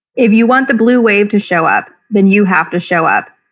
if you want the blue wave to show up, then you have to show up.